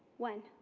when?